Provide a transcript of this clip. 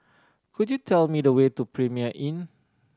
could you tell me the way to Premier Inn